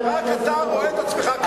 רק אתה רואה את עצמך ככה.